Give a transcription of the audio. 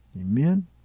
Amen